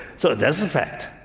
so that's a fact.